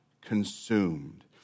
consumed